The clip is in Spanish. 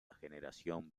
generación